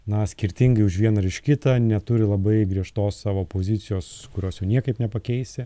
na skirtingai už vieną ar už kitą neturi labai griežtos savo pozicijos kurios jau niekaip nepakeisi